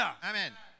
Amen